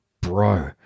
Bro